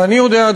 ואני יודע,